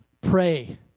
pray